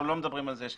אנחנו לא מדברם על זה.